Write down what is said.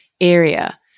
area